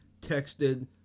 texted